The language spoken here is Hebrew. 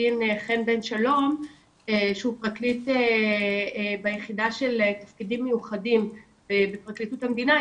דין חן בן שלום שהוא פרקליט ביחידה של תפקידים מיוחדים בפרקליטות המדינה,